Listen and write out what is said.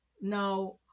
now